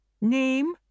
Name